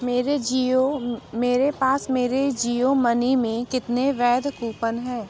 मेरे पास जियो मेरे पास मेरे जियो मनी में कितने वैध कूपन हैं